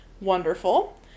Wonderful